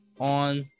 on